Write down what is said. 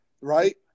right